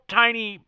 tiny